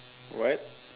what